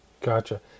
Gotcha